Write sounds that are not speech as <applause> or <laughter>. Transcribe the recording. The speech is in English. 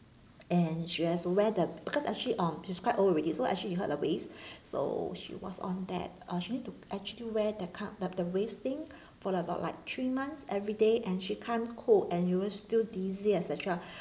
and she has to wear the because actually on she's quite old already so actually she hurt her waist <breath> so she was on that uh she need to actually wear the ca~ the the waist thing for about like three months every day and she can't cope and always feel dizzy et cetera <breath>